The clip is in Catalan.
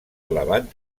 elevat